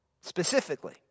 Specifically